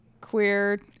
queer